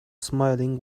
smiling